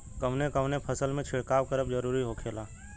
कवने कवने फसल में छिड़काव करब जरूरी होखेला?